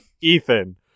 Ethan